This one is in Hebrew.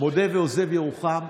מודה ועוזב ירוחם: